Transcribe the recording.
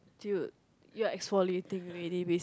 dude you are exfoliating already basically